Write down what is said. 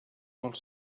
molt